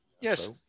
Yes